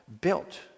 built